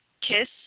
kiss